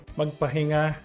magpahinga